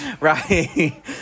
Right